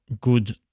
good